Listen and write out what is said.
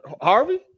Harvey